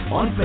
on